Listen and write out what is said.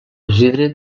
isidre